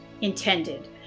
intended